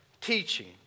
teaching